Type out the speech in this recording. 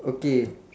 okay